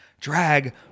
drag